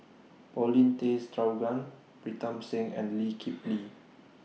Paulin Tay Straughan Pritam Singh and Lee Kip Lee